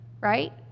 right